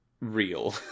real